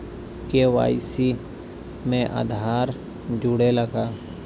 KYC में आधार जुड़े ला का?